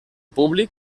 públic